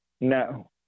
No